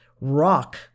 Rock